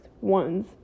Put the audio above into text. ones